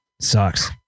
sucks